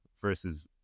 versus